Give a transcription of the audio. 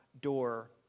door